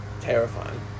terrifying